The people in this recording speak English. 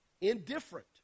Indifferent